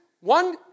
one